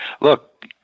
look